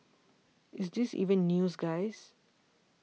is this even news guy